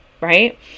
right